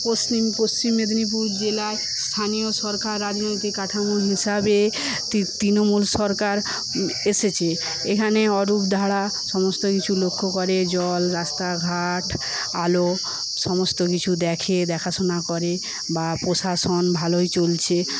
পশ্চিম পশ্চিম মেদিনীপুর জেলার স্থানীয় সরকার রাজনৈতিক কাঠামো হিসাবে তৃনমূল সরকার এসেছে এখানে অরুপ ধাড়া সমস্ত কিছু লক্ষ্য করে সকল রাস্তাঘাট আলো সমস্ত কিছু দেখে দেখাশোনা করে বা প্রশাসন ভালোই চলছে